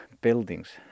buildings